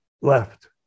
left